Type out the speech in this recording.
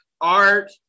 art